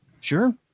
Sure